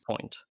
point